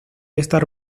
estar